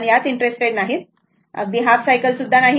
तर यात इंटरेस्ट नाही किंवा अगदी हाफ सायकल सुद्धा नाही